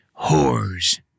whores